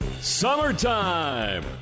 Summertime